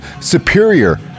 superior